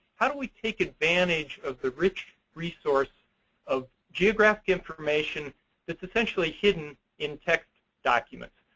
how do we take advantage of the rich resource of geographic information that's essentially hidden in text documents?